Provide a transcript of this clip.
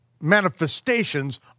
manifestations